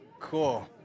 Cool